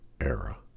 era